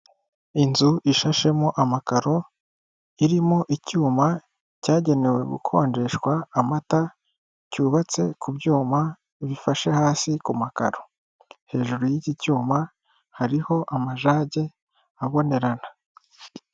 Inzu ishashemo amakaro irimo icyuma cyagenewe gukonjeshwa amata, cyubatse ku byuma bifashe hasi ku makaro, hejuru y'iki cyuma hariho amajage abonerana.